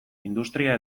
industria